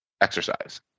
exercise